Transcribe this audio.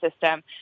system